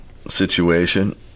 situation